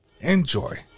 enjoy